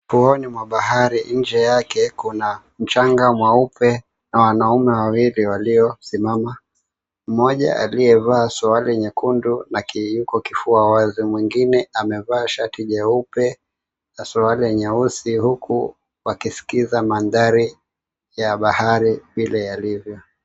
Ufuoni mwa bahari nje yake kuna mchanga mweupe na wanaume wawili waliosimama, mmoja aliyevaa suruali nyekundu na kiko kifua wazi, mwingine amevaa shati jeupe na suruali nyeusi, huku wakiskiza mandhari ya bahari vile yalivyo.